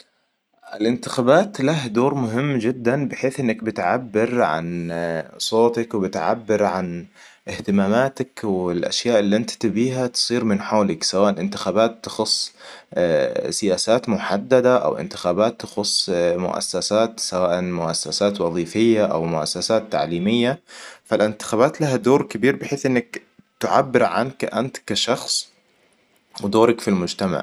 الإنتخابات له دور مهم جداً بحيث إنك بتعبر عن صوتك وبتعبر عن إهتماماتك والأشياء اللي انت تبيها تصير من حولك سواء إنتخابات تخص سياسات محددة او انتخابات تخص مؤسسات سواء مؤسسات وظيفية أومؤسسات تعليمية فالأنتخابات لها دور كبير بحيث إنك تعبر عنك أنت كشخص ودورك في المجتمع